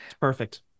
Perfect